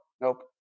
Nope